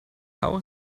how